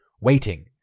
waiting